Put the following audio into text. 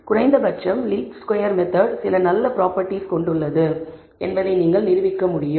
குறைந்தபட்சம் least square method சில நல்ல ப்ராபெர்டிஸ் கொண்டுள்ளது என்பதை நீங்கள் நிரூபிக்க முடியும்